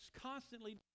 constantly